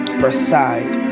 preside